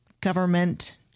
government